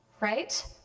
right